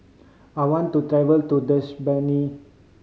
I want to travel to Dushanbe